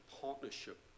partnership